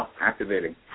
activating